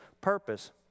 purpose